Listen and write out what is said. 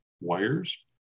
wires